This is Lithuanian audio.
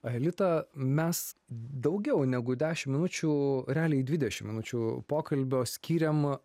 aelita mes daugiau negu dešimt minučių realiai dvidešim minučių pokalbio skyrėm